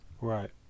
right